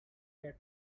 that